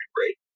right